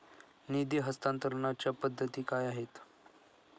निधी हस्तांतरणाच्या पद्धती काय आहेत?